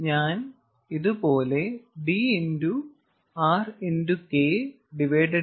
ഞാൻ ഇത് പോലെ d R